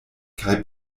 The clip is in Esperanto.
kaj